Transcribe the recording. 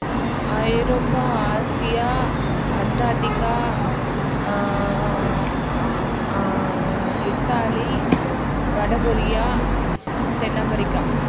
ஐரோப்பா Asia Antarctica Italy வட Korea தென் America